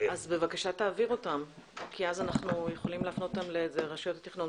בבקשה תעביר אותם כי אז אנחנו יכולים להפנות אותם לרשויות התכנון.